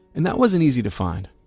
and that wasn't easy to find.